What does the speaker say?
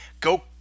Go